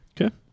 Okay